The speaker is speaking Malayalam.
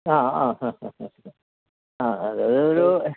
ആ ആ ആ അതൊരു